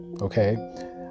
Okay